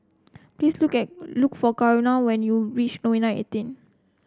please look at look for Karel when you reach Nouvel eighteen